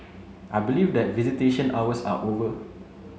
I believe that visitation hours are over